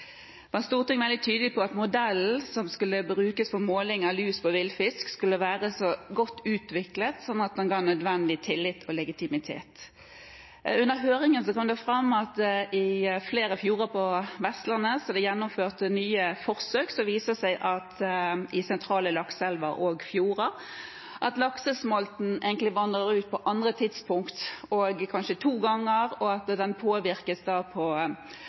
var Stortinget veldig tydelig på at modellen som skulle brukes for måling av lus på villfisk, skulle være så godt utviklet at den ga den nødvendig tillit og legitimitet. Under høringen kom det fram at i flere fjorder på Vestlandet er det gjennomført nye forsøk som viser at laksesmolten i sentrale lakseelver og fjorder egentlig vandrer ut på andre tidspunkt, og kanskje to ganger, og at den både påvirkes av vannføring og går raskere ut. Betyr det at man da vil se på